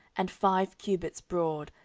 and five cubits broad,